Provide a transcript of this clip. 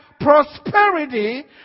prosperity